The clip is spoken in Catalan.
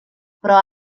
però